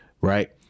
right